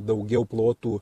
daugiau plotų